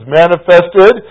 manifested